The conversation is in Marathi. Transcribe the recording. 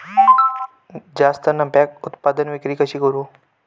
जास्त नफ्याक उत्पादन विक्री कशी करू?